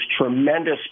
tremendous